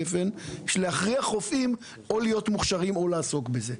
גפן להיות מוכשרים או לעסוק בזה.